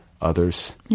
others